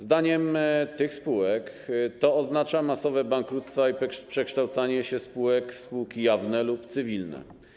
Zdaniem przedstawicieli tych spółek to oznacza masowe bankructwa i przekształcanie się spółek w spółki jawne lub cywilne.